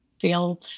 feel